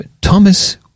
Thomas